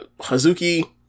Hazuki